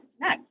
next